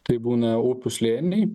tai būna upių slėniai